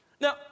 Now